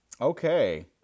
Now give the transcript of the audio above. Okay